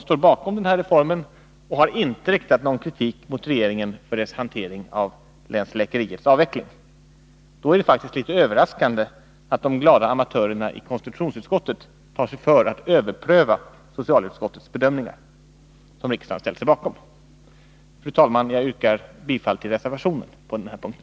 står bakom den här reformen och har inte riktat någon kritik mot regeringen för dess hantering av länsläkeriets avveckling. Det är därför faktiskt litet överraskande att de glada amatörerna i konstitutionsutskottet tar sig för att överpröva socialutskottets bedömningar, som riksdagen ställt sig bakom. Fru talman! Jag yrkar bifall till reservationen på den här punkten.